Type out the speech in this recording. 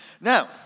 Now